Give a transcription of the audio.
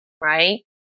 Right